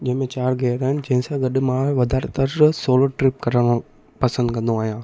जंहिंमें चारि गियर आहिनि जंहिंसां गॾु मां वाधारे त सोलो ट्रिप करणु पसंदि कंदो आहियां